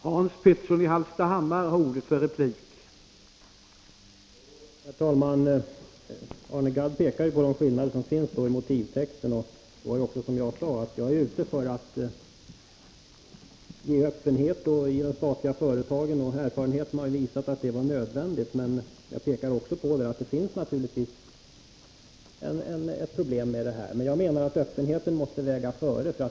Herr talman! Arne Gadd pekade på de skillnader som finns i motivtexten. Jag sade ju också att jag är ute efter att ge större öppenhet i de statliga företagen. Erfarenheten har visat att detta var nödvändigt. Jag pekar också på att det naturligtvis också finns problem förknippade med detta, men jag menar att öppenheten måste väga tyngre.